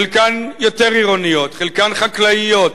חלקן יותר עירוניות, חלקן חקלאיות.